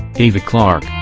ava clarke